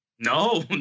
No